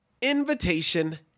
Invitation